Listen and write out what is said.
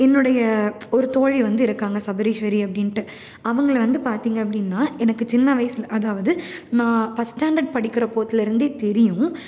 என்னுடைய ஒரு தோழி வந்து இருக்காங்க சபரீஸ்வரி அப்படின்ட்டு அவங்களை வந்து பார்த்தீங்க அப்படின்னா எனக்கு சின்ன வயதில் அதாவது நான் ஃபஸ்ட் ஸ்டாண்டர்ட் படிக்கிற போதுலேருந்தே தெரியும்